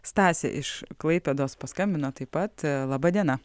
stasė iš klaipėdos paskambino taip pat laba diena